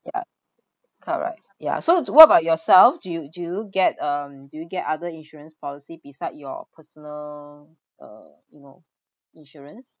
ya correct ya so do what about yourself do you do you get um do you get other insurance policy beside your personal uh you know insurance